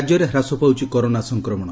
ରାଜ୍ୟରେ ହ୍ରାସ ପାଉଛି କରୋନା ସଂକ୍ରମଣ